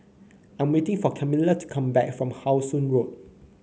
I'm waiting for Kamila to come back from How Sun Road